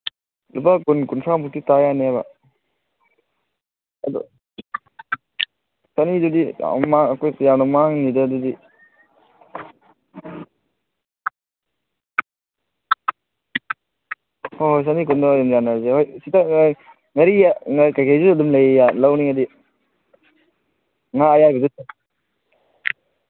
ꯂꯨꯄꯥ ꯀꯨꯟ ꯀꯨꯟꯊ꯭ꯔꯥꯃꯨꯛꯇꯤ ꯇꯥ ꯌꯥꯅꯦꯕ ꯑꯗꯨ ꯆꯅꯤꯗꯨꯗꯤ ꯌꯥꯝ ꯑꯩꯈꯣꯏꯗ ꯌꯥꯝꯅ ꯃꯥꯡꯅꯤꯗ ꯑꯗꯨꯗꯤ ꯍꯣꯏ ꯍꯣꯏ ꯆꯅꯤ ꯀꯨꯟꯗꯣ ꯑꯗꯨꯝ ꯌꯥꯅꯔꯁꯤ ꯍꯣꯏ ꯉꯥꯔꯤ ꯀꯔꯤ ꯀꯩꯁꯨ ꯑꯗꯨꯝ ꯂꯩ ꯂꯧꯅꯤꯡꯉꯗꯤ ꯉꯥ ꯑꯌꯥꯏꯕꯁꯨ